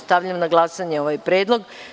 Stavljam na glasanje ovaj predlog.